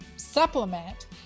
supplement